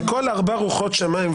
מכל ארבע רוחות שמיים.